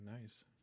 Nice